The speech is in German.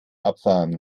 abfahren